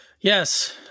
Yes